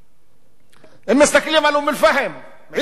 אם מסתכלים על אום-על-פחם, עיר במרכז הארץ,